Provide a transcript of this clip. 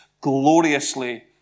Gloriously